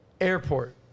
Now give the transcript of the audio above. airport